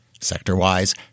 Sector-wise